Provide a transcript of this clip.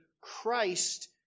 Christ